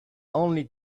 only